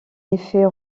effet